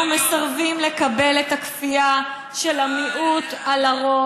אנחנו מסרבים לקבל את הכפייה של המיעוט על הרוב.